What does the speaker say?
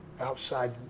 outside